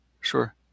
Sure